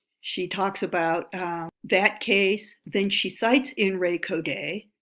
she talks about that case, then she cites in re coday,